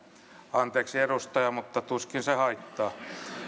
anteeksi edustaja mutta tuskin se haittaa